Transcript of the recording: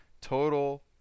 Total